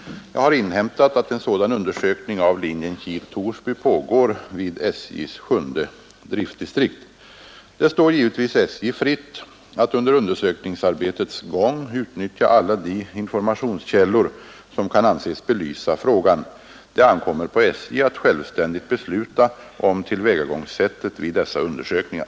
Jag har inhämtat att en sådan undersökning av linjen Kil-Torsby pågår vid SJ:s sjunde driftdistrikt. Det står givetvis SJ fritt att under undersökningsarbetets gång utnyttja alla de informationskällor, som kan anses belysa frågan. Det ankommer på SJ att självständigt besluta om tillvägagångssättet vid dessa undersökningar.